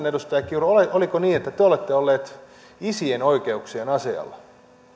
edustaja kiuru oliko niin että te olette ollut isien oikeuksien asialla